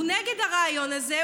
הוא נגד הרעיון הזה.